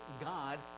God